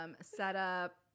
setup